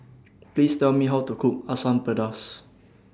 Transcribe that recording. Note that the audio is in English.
Please Tell Me How to Cook Asam Pedas